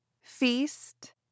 Feast